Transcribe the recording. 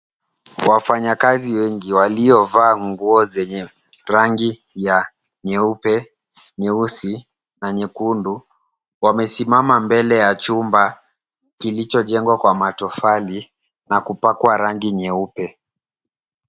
Wafanyakazi wengi waliovaa nguo zenye rangi ya nyeupe, nyeusi na nyekundu, wamesimama mbele ya chumba kilichojengwa kwa matofali na kupakwa rangi nyeupe.